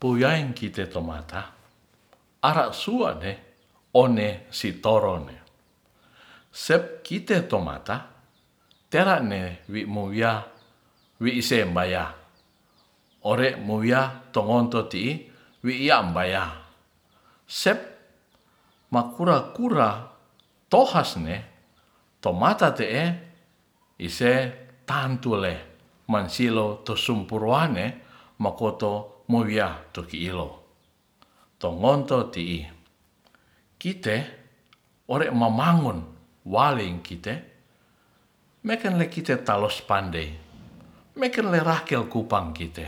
Puyayeng kite tomata arasuane one sitorone sepkite tomata tera' ne wi mowia wi isembaya ore mowiwa tongontoti'i wi iya mbaya sep makurakura tohasne tomatate'e hise tantule mangsilo tusumpruane mokoto tuwiya mowiya tokiilo tongonto ti kite ore' mamangun waleng kite meken le kite taloas pandei mekenle rakel kupang kite